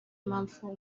mpamvu